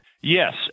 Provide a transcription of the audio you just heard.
Yes